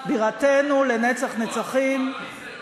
בירתנו לנצח נצחים.